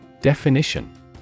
Definition